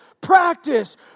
practice